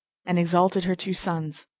and exalted her two sons,